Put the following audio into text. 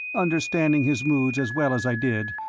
understanding his moods as well as i did,